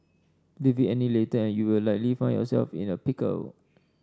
leave it any later and you will likely find yourself in a pickle